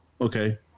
Okay